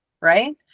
Right